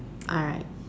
all right